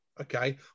Okay